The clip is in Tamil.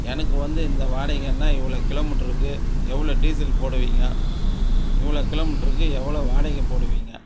எனக்கு வந்து இந்த வாடகைன்னா இவ்ளோ கிலோமீட்டர் இருக்கு எவ்வளோ டீசல் போடுவீங்க இவ்வளோ கிலோமீட்டருக்கு எவ்வளோ வாடகை போடுவீங்க